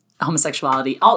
homosexuality